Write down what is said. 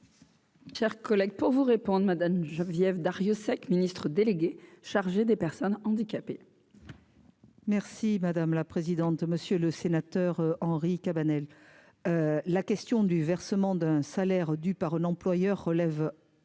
Chers collègues, pour vous répondre Madame Geneviève Darrieussecq, ministre déléguée chargée des Personnes handicapées. Merci madame la présidente, monsieur le sénateur Henri Cabanel, la question du versement d'un salaire dus par un employeur relève